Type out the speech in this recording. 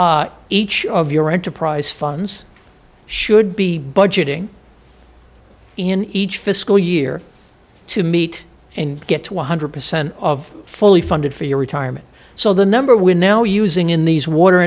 each of your enterprise funds should be budgeting in each fiscal year to meet and get one hundred percent of fully funded for your retirement so the number we're now using in these water